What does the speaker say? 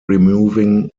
removing